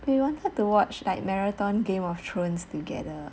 we wanted to watch like marathon game of thrones together